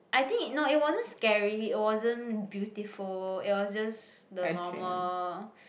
I think no it wasn't scary it wasn't beautiful it was just the normal